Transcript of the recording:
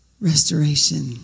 restoration